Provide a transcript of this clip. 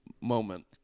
moment